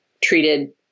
treated